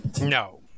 No